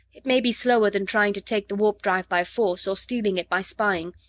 it may be slower than trying to take the warp-drive by force, or stealing it by spying,